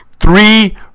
Three